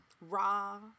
raw